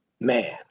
Man